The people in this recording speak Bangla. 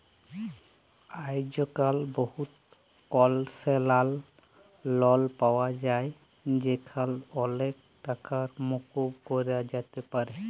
আইজক্যাল বহুত কলসেসলাল লন পাওয়া যায় যেখালে অলেক টাকা মুকুব ক্যরা যাতে পারে